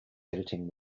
editing